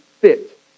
fit